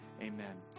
amen